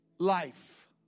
Life